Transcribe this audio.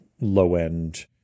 low-end